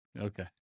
Okay